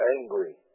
angry